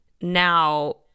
now